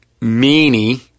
meanie